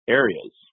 areas